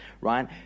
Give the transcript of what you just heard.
right